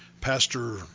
Pastor